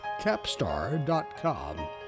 Capstar.com